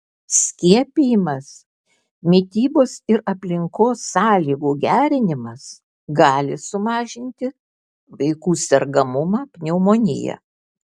skiepijimas mitybos ir aplinkos sąlygų gerinimas gali sumažinti vaikų sergamumą pneumonija